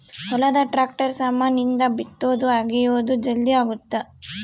ಹೊಲದ ಟ್ರಾಕ್ಟರ್ ಸಾಮಾನ್ ಇಂದ ಬಿತ್ತೊದು ಅಗಿಯೋದು ಜಲ್ದೀ ಅಗುತ್ತ